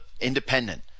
independent